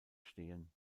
stehen